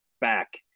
back